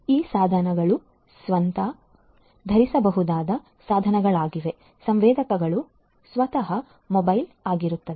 ಆದ್ದರಿಂದ ಈ ಸಾಧನಗಳು ಸ್ವತಃ ಧರಿಸಬಹುದಾದ ಸಾಧನಗಳಾಗಿವೆ ಸಂವೇದಕಗಳು ಸ್ವತಃ ಮೊಬೈಲ್ ಆಗಿರುತ್ತವೆ